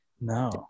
No